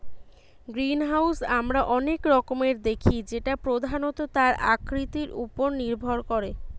greenhouse আমরা অনেক রকমের দেখি যেটা প্রধানত তার আকৃতি উপর নির্ভর করে